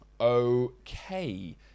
Okay